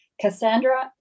Cassandra